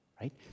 right